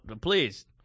please